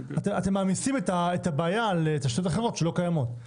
אתם מעמיסים את הבעיה על תשתיות אחרות שלא קיימות.